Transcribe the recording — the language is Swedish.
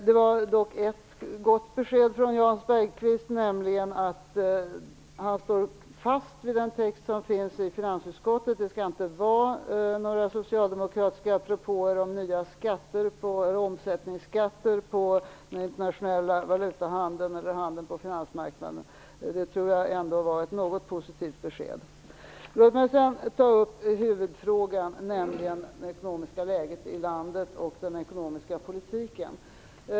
Det var dock ett gott besked från Jan Bergqvist, nämligen att han står fast vid den text som finns i finansutskottets betänkande, att det inte skall vara några socialdemokratiska propåer om nya omsättningsskatter på den internationella valutahandeln eller handeln på finansmarknaden. Det var ändå ett något positivt besked. Låt mig sedan ta upp huvudfrågan, nämligen det ekonomiska läget i landet och den ekonomiska politiken.